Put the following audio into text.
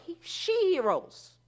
she-heroes